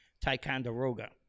Ticonderoga